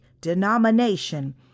denomination